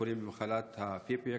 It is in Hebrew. החולים במחלת ה-PFIC,